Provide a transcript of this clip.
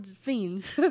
fiends